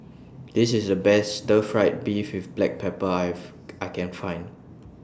This IS The Best Stir Fried Beef with Black Pepper Have I Can Find